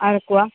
Araku